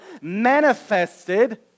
manifested